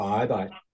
Bye-bye